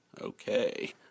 Okay